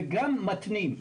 וגם מתנים.